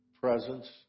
presence